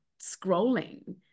scrolling